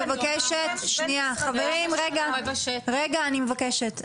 חברים, רגע אני מבקשת.